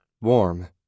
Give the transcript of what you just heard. warm